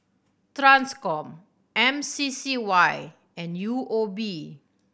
Transcom M C C Y and U O B